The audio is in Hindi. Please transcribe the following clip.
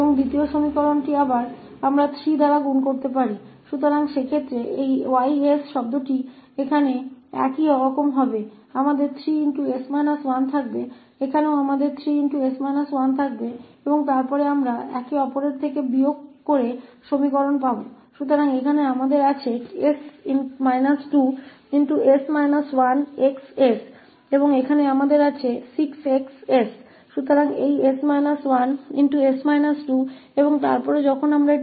और दूसरा समीकरण हम 3 से गुणा कर सकते हैं तो उस स्थिति में ये 𝑌𝑠 पद यहां समान होंगे हमारे पास 3𝑠 1 होगा यहां भी हमारे पास 3𝑠 1 है और फिर हम एक दूसरे से घटा सकते हैं हम प्राप्त करेंगे समीकरण तो यहाँ हमारे पास 𝑠 2𝑠 1𝑋𝑠 है और यहाँ हमारे पास 6𝑋𝑠 है